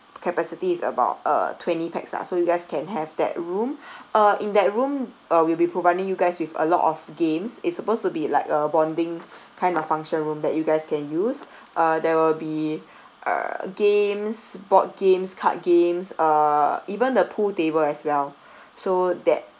capacities about uh twenty pax ah so you guys can have that room uh in that room uh we'll be providing you guys with a lot of games it's supposed to be like a bonding kind of function room that you guys can use uh there will be uh games board games card games uh even the pool table as well so that